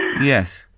Yes